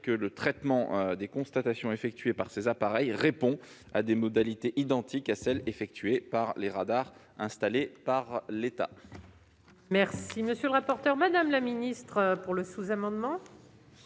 que le traitement des constatations effectuées par ces appareils répond à des modalités identiques à celles qu'effectuent les radars installés par l'État.